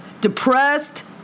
Depressed